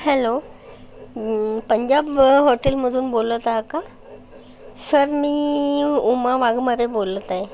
hello Punjab हॉटेलमधून बोलत आहे का सर मी उमा वाघमारे बोलत आहे